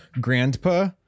grandpa